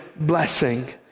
blessing